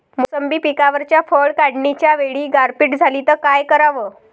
मोसंबी पिकावरच्या फळं काढनीच्या वेळी गारपीट झाली त काय कराव?